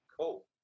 Cool